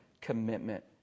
commitment